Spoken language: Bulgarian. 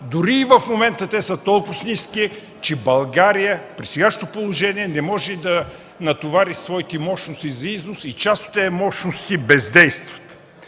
дори и в момента те са толкова ниски, че България при сегашното положение не може да натовари своите мощности за износ и част от тях бездействат.